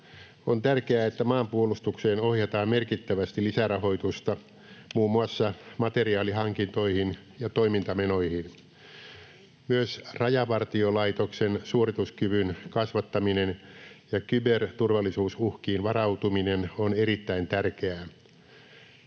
On tärkeää, että maanpuolustukseen ohjataan merkittävästi lisärahoitusta muun muassa materiaalihankintoihin ja toimintamenoihin. Myös Rajavartiolaitoksen suorituskyvyn kasvattaminen ja kyberturvallisuusuhkiin varautuminen on erittäin tärkeää.